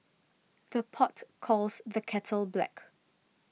the pot calls the kettle black